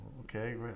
okay